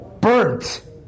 burnt